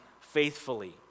faithfully